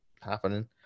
happening